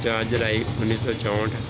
ਚਾਰ ਜੁਲਾਈ ਉੱਨੀ ਸੌ ਚੋਹਠ